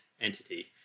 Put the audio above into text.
entity